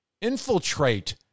infiltrate